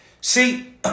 See